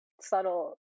subtle